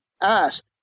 asked